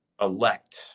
elect